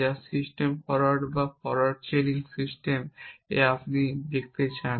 যা সিস্টেম যা forward chaining system এ আপনি নিয়ম লিখতে চান